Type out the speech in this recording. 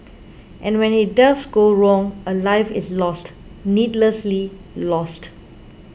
and when it does go wrong a life is lost needlessly lost